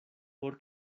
por